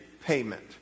payment